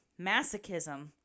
masochism